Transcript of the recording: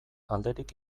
alderik